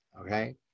Okay